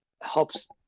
helps